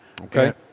Okay